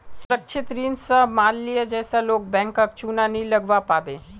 सुरक्षित ऋण स माल्या जैसा लोग बैंकक चुना नी लगव्वा पाबे